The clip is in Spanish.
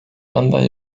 bandas